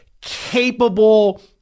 capable